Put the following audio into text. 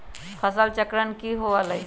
फसल चक्रण की हुआ लाई?